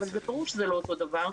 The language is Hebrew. אבל ברור שזה לא אותו דבר,